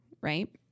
right